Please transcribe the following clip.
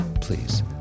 please